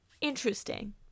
Interesting